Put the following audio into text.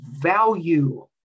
value